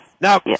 Now